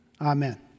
Amen